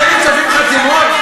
אתם מצרפים חתימות?